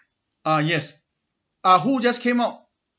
ah yes ah who just came out and